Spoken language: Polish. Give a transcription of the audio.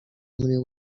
mnie